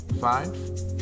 five